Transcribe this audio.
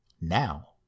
Now